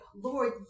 Lord